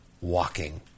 walking